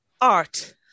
Art